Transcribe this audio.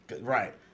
right